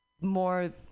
more